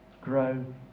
grow